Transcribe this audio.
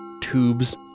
Tubes